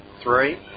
Three